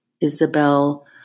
Isabel